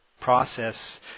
process